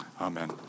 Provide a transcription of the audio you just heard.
Amen